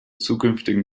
zukünftigen